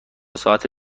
ساعت